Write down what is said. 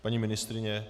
Paní ministryně?